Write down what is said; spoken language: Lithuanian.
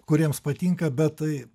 kuriems patinka bet tai